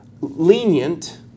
lenient